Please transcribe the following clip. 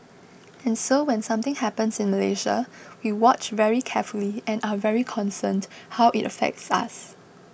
and so when something happens in Malaysia we watch very carefully and are very concerned how it affects us